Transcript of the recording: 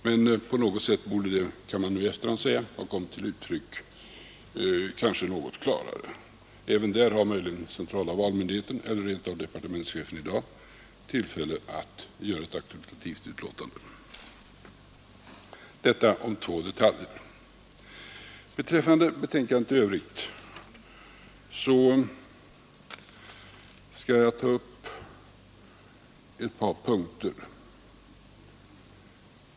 Men på något sätt borde detta — kan man nu i efterhand säga — ha kommit till uttryck något klarare. Även där har möjligen centrala valmyndigheten eller rent av departemenschefen i dag tillfälle att göra ett auktoritativt uttalande. — Detta om två detaljer. Beträffande betänkandet i övrigt skall jag ta upp ett par punkter.